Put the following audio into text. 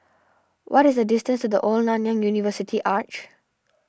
what is the distance to the Old Nanyang University Arch